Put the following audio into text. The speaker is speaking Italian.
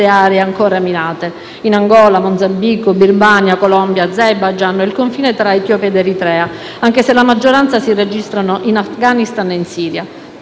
aree ancora minate (Angola, Mozambico, Birmania, Colombia, Azerbaigian o il confine tra Etiopia ed Eritrea) anche se la maggioranza si registrano in Afghanistan e in Siria.